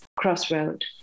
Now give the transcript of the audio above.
crossroad